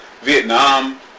Vietnam